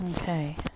okay